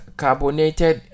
carbonated